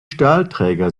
stahlträger